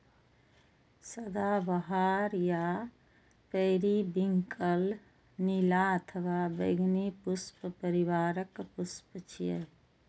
सदाबहार या पेरिविंकल नीला अथवा बैंगनी पुष्प परिवारक पुष्प छियै